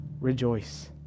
rejoice